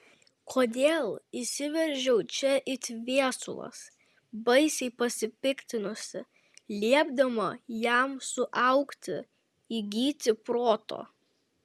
kodėl įsiveržiau čia it viesulas baisiai pasipiktinusi liepdama jam suaugti įgyti proto